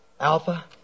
Alpha